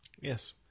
Yes